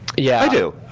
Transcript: yeah. i do.